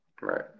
right